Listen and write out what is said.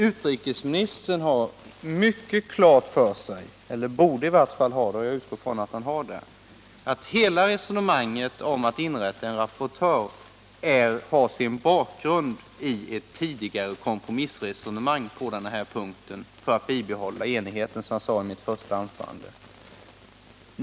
Utrikesministern har helt klart för sig — eller borde i varje fall ha det, och jag utgår ifrån att han har det — att hela resonemanget om att inrätta en rapportörsfunktion har sin bakgrund i ett tidigare kompromissresonemang på denna punkt för att bibehålla enigheten, som jag nämnde i mitt första anförande.